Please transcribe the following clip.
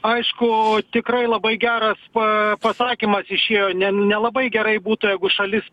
aišku tikrai labai geras pa pasakymas išėjo ne nelabai gerai būtų jeigu šalis